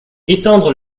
étendre